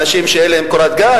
אנשים שאין להם קורת גג.